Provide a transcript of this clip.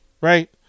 right